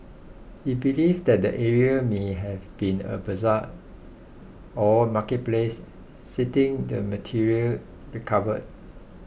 he believed that the area may have been a bazaar or marketplace citing the material recovered